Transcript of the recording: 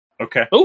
Okay